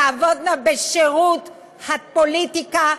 תעבודנה בשירות הפוליטיקה,